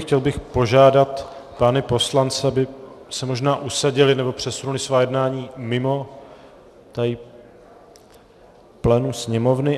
Chtěl bych požádat pány poslance, aby se možná usadili nebo přesunuli svá jednání mimo plénum Sněmovny.